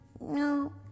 No